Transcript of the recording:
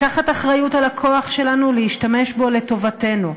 לקחת אחריות על הכוח שלנו, להשתמש בו לטובתנו.